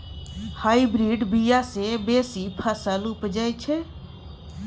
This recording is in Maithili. हाईब्रिड बीया सँ बेसी फसल उपजै छै